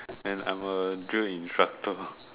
and I'm a drill instructor